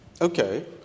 Okay